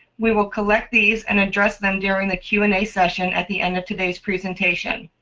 we will collect these and address them during the q and a session at the end of today's presentation.